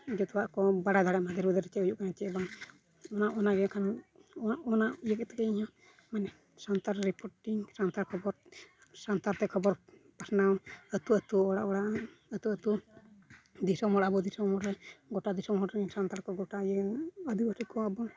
ᱡᱚᱛᱚᱣᱟᱜ ᱠᱚ ᱵᱟᱰᱟᱭ ᱫᱟᱲᱮᱭᱟᱜᱢᱟ ᱫᱮᱥᱼᱵᱤᱫᱮᱥ ᱨᱮ ᱪᱮᱫ ᱦᱩᱭᱩᱜ ᱠᱟᱱᱟ ᱪᱮᱫ ᱵᱟᱝ ᱚᱱᱟ ᱚᱱᱟᱜᱮ ᱠᱷᱟᱱ ᱚᱱᱟ ᱚᱱᱟ ᱤᱭᱟᱹ ᱠᱟᱛᱮᱫ ᱜᱮ ᱤᱧᱦᱚᱸ ᱢᱟᱱᱮ ᱥᱟᱱᱛᱟᱲ ᱨᱤᱯᱳᱴᱤᱝ ᱥᱟᱱᱛᱟᱲ ᱠᱷᱚᱵᱚᱨ ᱥᱟᱱᱛᱟᱲᱛᱮ ᱠᱷᱚᱵᱚᱨ ᱯᱟᱥᱱᱟᱣ ᱟᱹᱛᱩ ᱟᱹᱛᱩ ᱚᱲᱟᱜ ᱚᱲᱟᱜ ᱟᱹᱛᱩ ᱟᱹᱛᱩ ᱫᱤᱥᱚᱢ ᱦᱚᱲ ᱟᱵᱚ ᱫᱤᱥᱚᱢ ᱦᱚᱲ ᱨᱮ ᱜᱚᱴᱟ ᱫᱤᱥᱚᱢ ᱦᱚᱲ ᱨᱮᱱ ᱥᱟᱱᱛᱟᱲ ᱠᱚ ᱜᱚᱴᱟ ᱤᱭᱟᱹ ᱟᱹᱫᱤᱵᱟᱹᱥᱤ ᱠᱚ ᱟᱵᱚ